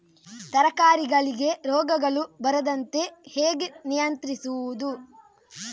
ತರಕಾರಿಗಳಿಗೆ ರೋಗಗಳು ಬರದಂತೆ ಹೇಗೆ ನಿಯಂತ್ರಿಸುವುದು?